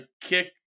kick